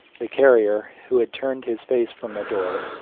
the carrier, who had turned his face from the door,